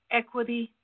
equity